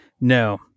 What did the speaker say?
No